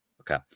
Okay